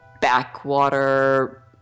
backwater